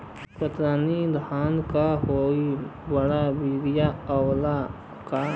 कतरनी धान क hybrid बिया आवेला का?